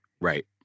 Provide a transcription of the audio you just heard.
Right